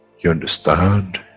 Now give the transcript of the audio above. you understand,